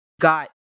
got